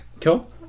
Cool